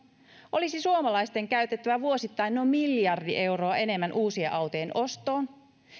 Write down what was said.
olisi suomalaisten käytettävä vuosittain noin miljardi euroa enemmän uusien autojen ostoon